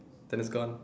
then it's gone